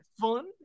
fun